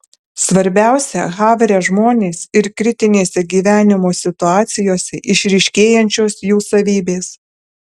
svarbiausia havre žmonės ir kritinėse gyvenimo situacijose išryškėjančios jų savybės